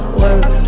work